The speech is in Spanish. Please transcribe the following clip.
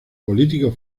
político